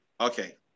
Okay